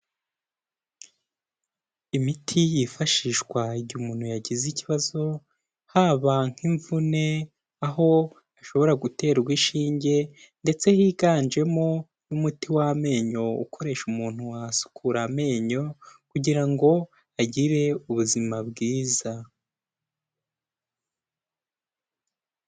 Imiti yifashishwa igihe umuntu yagize ikibazo, haba nk'imvune aho ashobora guterwa ishinge ndetse higanjemo n'umuti w'amenyo ukoresha umuntu wasukura amenyo kugira ngo agire ubuzima bwiza.